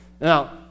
now